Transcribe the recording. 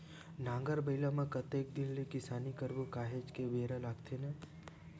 नांगर बइला म कतेक दिन ले किसानी करबो काहेच के बेरा लगथे न